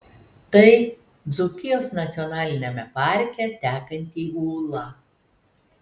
tai dzūkijos nacionaliniame parke tekanti ūla